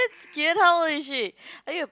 how old is she are you a